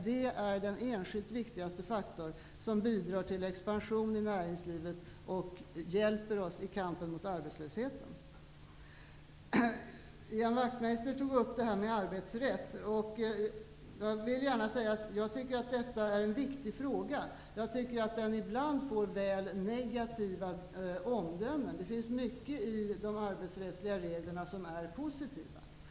Det är den enskilt viktigaste faktorn, som bidrar till expansion i näringslivet och hjälper oss i kampen mot arbetslösheten. Ian Wachtmeister tog upp frågan om arbetsrätt. Jag vill gärna säga att jag tycker att detta är en viktig fråga. Jag tycker att den ibland får väl negativa omdömen. Det finns mycket i de arbetsrättsliga reglerna som är positivt.